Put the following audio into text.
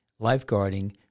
lifeguarding